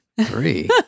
three